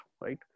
right